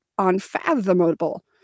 unfathomable